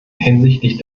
hinsichtlich